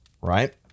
right